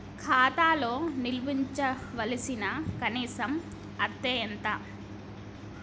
ఖాతా లో నిల్వుంచవలసిన కనీస అత్తే ఎంత?